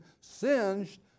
singed